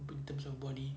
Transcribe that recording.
in terms of body